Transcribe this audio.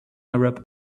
arab